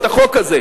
את החוק הזה,